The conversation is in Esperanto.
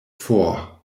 for